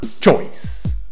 choice